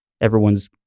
everyone's